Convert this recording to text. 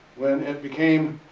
when it became,